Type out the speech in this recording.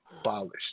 abolished